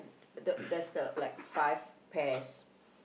the there's the like five pears